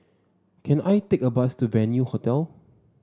can I take a bus to Venue Hotel